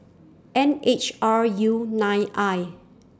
N H R U nine I